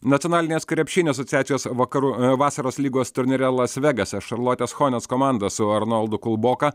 nacionalinės krepšinio asociacijos vakarų vasaros lygos turnyre las vegase šarlotės chonės komanda su arnoldu kulboka